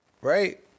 Right